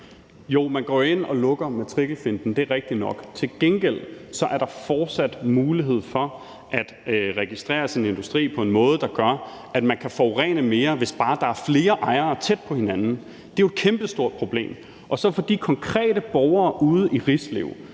at man går ind og lukker matrikelfinten. Til gengæld er der fortsat mulighed for at registrere sin industri på en måde, der gør, at man kan forurene mere, hvis bare der er flere ejere tæt på hinanden. Det er jo et kæmpestort problem. Og de konkrete borgere i Rislev,